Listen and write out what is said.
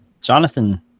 Jonathan